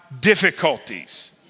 difficulties